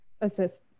assist